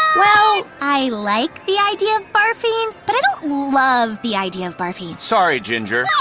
well, i like the idea of barfing. but i don't love the idea of barfing. sorry, ginger.